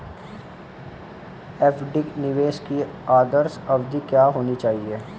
FD निवेश की आदर्श अवधि क्या होनी चाहिए?